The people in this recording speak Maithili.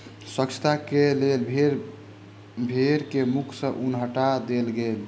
स्वच्छता के लेल भेड़ के मुख सॅ ऊन हटा देल गेल